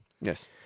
Yes